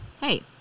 Hey